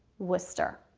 worcester.